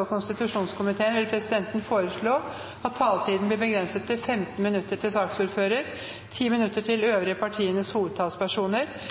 og konstitusjonskomiteen vil presidenten foreslå at taletiden blir begrenset til 15 minutter til saksordføreren, 10 minutter til de øvrige partienes hovedtalspersoner,